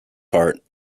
part